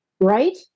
Right